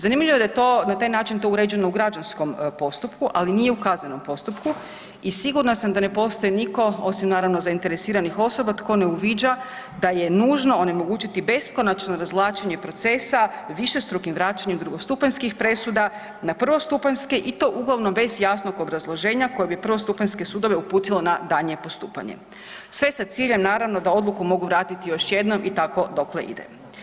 Zanimljivo je da je to na taj način to uređeno u građanskom postupku, ali nije u kaznenom postupku i sigurna sam da ne postoji nitko, osim naravno zainteresiranih osoba, tko ne uviđa da je nužno onemogućiti beskonačno razvlačenje procesa višestrukim vraćanjem drugostupanjskih presuda na prvostupanjske i to uglavnom bez jasnog obrazloženja koje bi prvostupanjske sudove uputilo na daljnje postupanje sve sa ciljem naravno da odluku mogu vratiti još jednom i tako dokle ide.